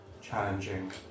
challenging